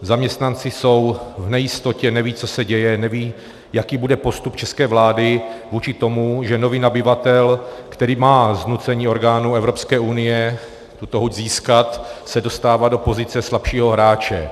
Zaměstnanci jsou v nejistotě, nevědí, co se děje, nevědí, jaký bude postup české vlády vůči tomu, že nový nabyvatel, který má z nucení orgánů Evropské unie tuto huť získat, se dostává do pozice slabšího hráče.